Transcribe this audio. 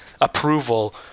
approval